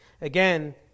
Again